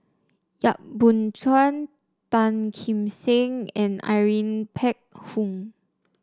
Yap Boon Chuan Tan Kim Seng and Irene Phek Hoong